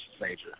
major